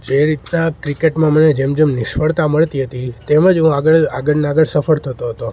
જે રીતના ક્રિકેટમા મને જેમ જેમ નિષ્ફળતા મળતી હતી તેમ જ હું આગળ આગળ અને આગળ સફળ થતો હતો